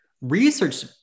research